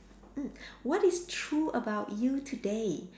mm what is true about you today